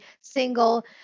single